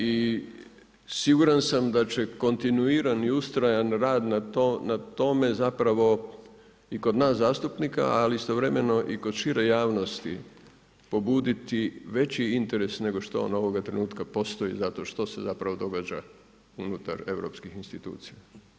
I siguran sam da će kontinuirani i ustrajan rad na tome zapravo i kod nas zastupnika ali istovremeno i kod šire javnosti pobuditi veći interes nego što on ovoga trenutka postoji zato što se zapravo događa unutar europskih institucija.